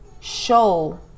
show